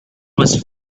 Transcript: was